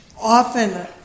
often